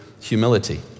humility